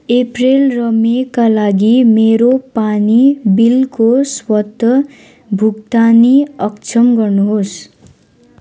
April र मेका लागि मेरो पानी बिलको स्वत भुक्तानी अक्षम गर्नुहोस्